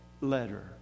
letter